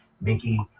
Mickey